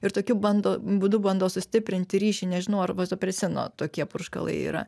ir tokiu bando būdu bando sustiprinti ryšį nežinau ar vazopresino tokie purškalai yra